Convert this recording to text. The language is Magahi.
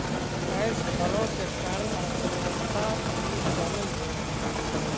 कैश फ्लो के कारण अर्थव्यवस्था मजबूत रहऽ हई